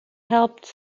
helped